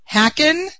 Hacken